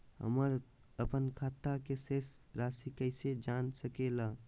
हमर अपन खाता के शेष रासि कैसे जान सके ला?